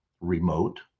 remote